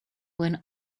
when